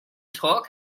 took